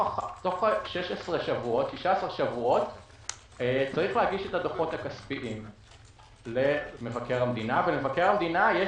16 שבועות יש להגיש את הדוחות הכספיים למבקר המדינה,